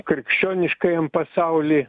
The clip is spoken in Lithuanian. krikščioniškajam pasauly